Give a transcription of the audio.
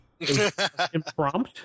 Imprompt